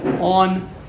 on